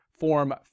form